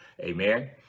Amen